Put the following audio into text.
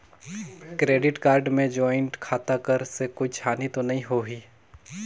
Credit card मे joint खाता कर से कुछ हानि तो नइ होही?